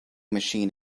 machine